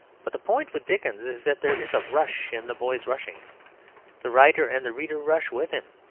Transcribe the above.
but the point with dickens is that there is a rush in the boy's rushings the writer and the reader rush with him.